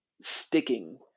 sticking